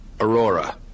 Aurora